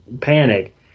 panic